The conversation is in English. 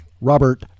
Robert